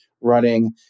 running